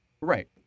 right